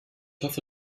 hoffe